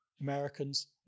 Americans